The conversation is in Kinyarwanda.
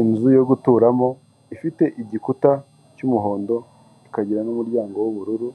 Inzu yo guturamo ifite igikuta cy'umuhondo ikagira n'umuryango w'ubururu